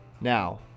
Now